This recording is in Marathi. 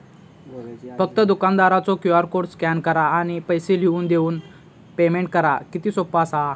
फक्त दुकानदारचो क्यू.आर कोड स्कॅन करा आणि पैसे लिहून देऊन पेमेंट करा किती सोपा असा